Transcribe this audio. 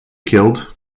killed